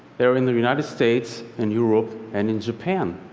they're in the united states and europe and in japan.